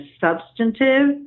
substantive